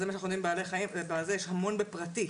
יש גם המון שהולכים לטיפולים פרטיים.